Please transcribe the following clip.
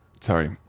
Sorry